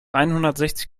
einhundertsechzig